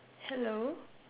hello